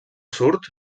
surt